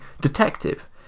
detective